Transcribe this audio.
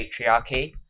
patriarchy